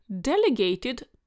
delegated